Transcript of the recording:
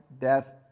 death